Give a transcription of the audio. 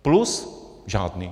Plus žádný.